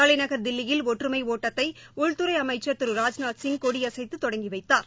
தலைநகர் தில்லியில் ஒற்றுமை ஒட்டத்தை உள்துறை அமைச்சர் திரு ராஜ்நாத்சிங் கொடியசைத்து தொடங்கி வைத்தார்